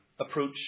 approach